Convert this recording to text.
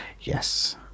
Yes